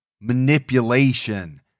manipulation